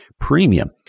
premium